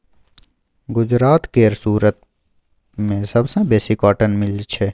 गुजरात केर सुरत मे सबसँ बेसी कॉटन मिल छै